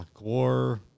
war